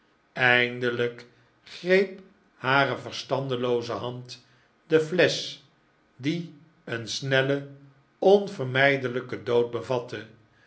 eindelijk greep hare verstandelooze hand de flesch die een snellen onvermijdelijken dood bevatte